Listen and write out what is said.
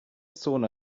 zone